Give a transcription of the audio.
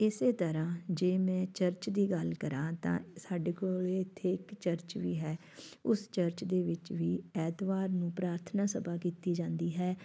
ਇਸ ਤਰ੍ਹਾਂ ਜੇ ਮੈਂ ਚਰਚ ਦੀ ਗੱਲ ਕਰਾਂ ਤਾਂ ਸਾਡੇ ਕੋਲ ਇੱਥੇ ਇੱਕ ਚਰਚ ਵੀ ਹੈ ਉਸ ਚਰਚ ਦੇ ਵਿੱਚ ਵੀ ਐਤਵਾਰ ਨੂੰ ਪ੍ਰਾਰਥਨਾ ਸਭਾ ਕੀਤੀ ਜਾਂਦੀ ਹੈ